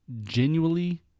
genuinely